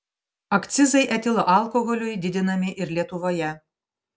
akcizai etilo alkoholiui didinami ir lietuvoje